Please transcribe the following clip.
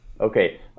Okay